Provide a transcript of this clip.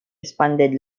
responded